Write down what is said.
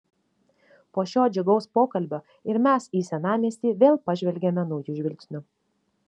po šio džiugaus pokalbio ir mes į senamiestį vėl pažvelgiame nauju žvilgsniu